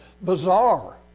bizarre